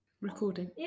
Recording